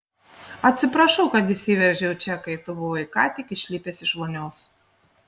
atsiprašau kad įsiveržiau čia kai tu buvai ką tik išlipęs iš vonios